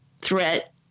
threat